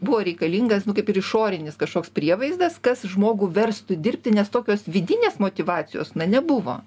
buvo reikalingas nu kaip ir išorinis kažkoks prievaizdas kas žmogų verstų dirbti nes tokios vidinės motyvacijos na nebuvo